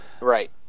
Right